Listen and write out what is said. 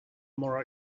more